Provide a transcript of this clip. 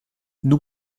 nous